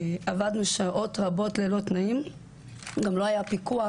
עבדנו כולנו שעות רבות ללא תנאים וגם לא היה פיקוח